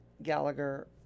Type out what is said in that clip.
Gallagher